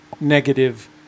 negative